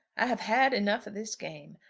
i have had enough of this game.